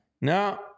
No